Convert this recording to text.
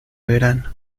verano